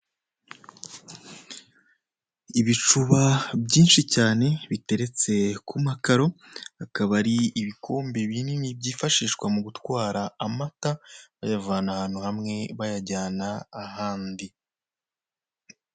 Ibicuba byinshi cyane biteretse ku makaro akaba ari ibikombe binini byifashishwa mu gutwara amata bayavana ahantu hamwe bayajyana ahandi.